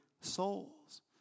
souls